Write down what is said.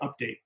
update